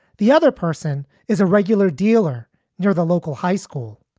the other person is a regular dealer near the local high school.